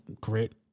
grit